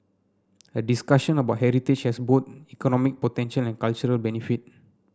a discussion about heritage has both economic potential and cultural benefit